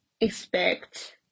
expect